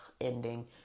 ending